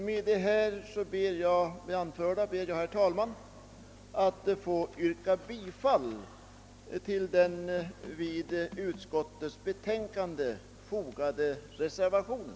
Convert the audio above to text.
Med det anförda ber jag, herr talman, att få yrka bifall till den vid utskottets betänkande fogade reservationen.